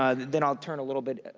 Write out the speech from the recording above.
ah then i'll turn a little bit,